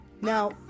Now